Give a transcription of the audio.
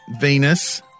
Venus